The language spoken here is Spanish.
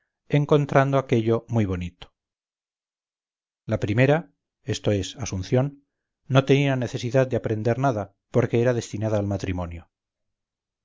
encontrando aquello muy bonito la primera esto es asunción no tenía necesidad de aprender nada porque era destinada al matrimonio